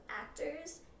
actors